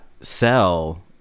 sell